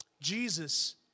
Jesus